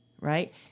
right